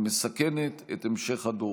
המסכנת את המשך הדורות.